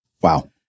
Wow